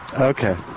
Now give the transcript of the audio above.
Okay